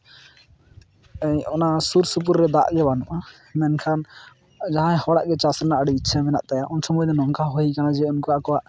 ᱚᱱᱟ ᱥᱩᱨᱼᱥᱩᱯᱩᱨ ᱨᱮ ᱫᱟᱜ ᱜᱮ ᱵᱟᱹᱱᱩᱜᱼᱟ ᱢᱮᱱᱠᱷᱟᱱ ᱡᱟᱦᱟᱸᱭ ᱦᱚᱲᱟᱜ ᱜᱮ ᱪᱟᱥ ᱨᱮᱱᱟᱜᱟᱹᱰᱤ ᱤᱪᱪᱷᱟᱹ ᱢᱮᱱᱟᱜ ᱛᱟᱭᱟ ᱩᱱ ᱥᱚᱢᱚᱭ ᱫᱚ ᱱᱚᱝᱠᱟ ᱦᱚᱸ ᱦᱩᱭ ᱠᱟᱱᱟ ᱡᱮ ᱩᱱᱠᱩ ᱟᱠᱚᱣᱟᱜ